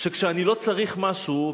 שכשאני לא צריך משהו,